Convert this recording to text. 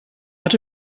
hat